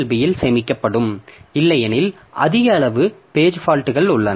B இல் சேமிக்கப்படும் இல்லையெனில் அதிக அளவு பேஜ் ஃபால்ட்கள் உள்ளன